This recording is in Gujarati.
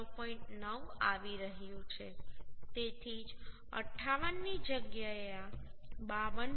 9 આવી રહ્યું છે તેથી જ 58 ની જગ્યાએ આ 52